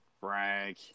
Frank